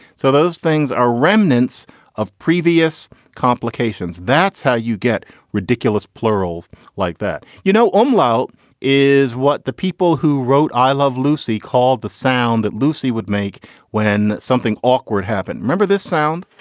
so those things are remnants of previous complications. that's how you get ridiculous plurals like that you know om lao is what the people who wrote i love lucy called the sound that lucy would make when something awkward happened remember this sound.